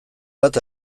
bat